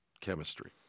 chemistry